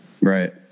Right